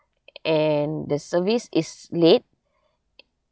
and the service is late